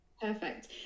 Perfect